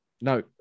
No